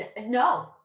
No